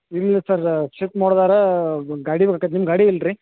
ಇಲ್ಲ sir shift ಮಾಡೋದಾರ ಗಾಡಿ ಬೇಕೈತಿ ನಿಮ್ಮ ಗಾಡಿ ಎಲ್ರಿ